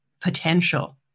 potential